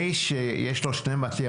מי שיש לו שני בתים,